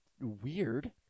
weird